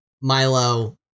Milo